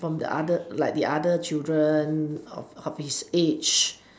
from the other like the other children of his age